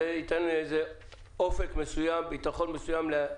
זה ייתן אופק מסוים, ביטחון מסוים, לענף.